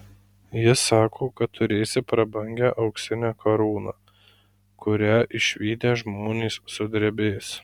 jis sako kad turėsi prabangią auksinę karūną kurią išvydę žmonės sudrebės